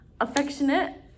affectionate